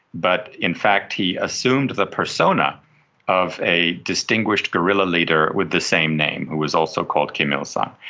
but in fact he assumed the persona of a distinguished guerrilla leader with the same name who was also called kim il-sung.